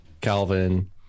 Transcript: Calvin